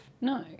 no